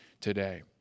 today